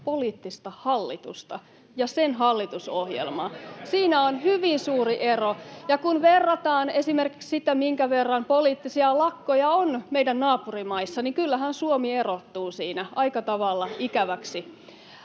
poliittista hallitusta ja sen hallitusohjelmaa. Siinä on hyvin suuri ero, ja kun verrataan esimerkiksi sitä, minkä verran poliittisia lakkoja on meidän naapurimaissa, niin kyllähän Suomi erottuu siinä aika tavalla ikävästi,